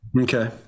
Okay